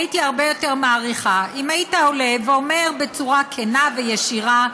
הייתי הרבה יותר מעריכה אם היית עולה ואומר בצורה כנה וישירה: